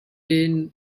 day